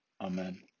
Amen